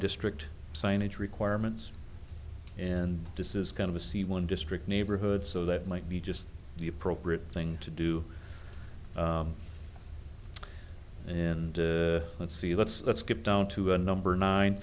district signage requirements and disses kind of a c one district neighborhood so that might be just the appropriate thing to do and let's see let's let's get down to a number nine